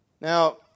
Now